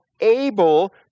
able